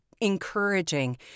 encouraging